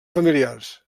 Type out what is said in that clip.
familiars